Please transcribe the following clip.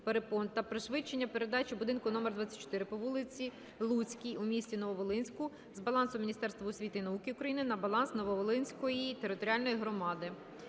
та пришвидшення передачі будинку № 24 по вулиці Луцькій у місті Нововолинську з балансу Міністерства освіти і науки України на баланс Нововолинської територіальної громади.